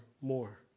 more